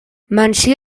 menció